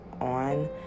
on